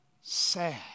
sad